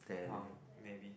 um maybe